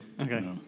okay